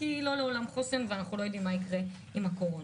לא לעולם חוסן ואנחנו לא יודעים מה יקרה עם הקורונה.